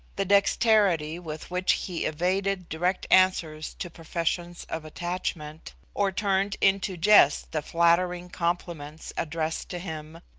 the dexterity with which he evaded direct answers to professions of attachment, or turned into jest the flattering compliments addressed to him,